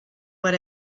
what